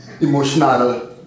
emotional